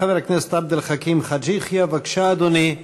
חבר הכנסת עבד אל חכים חאג' יחיא, בבקשה, אדוני.